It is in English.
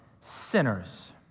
sinners